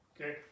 Okay